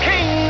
King